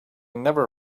never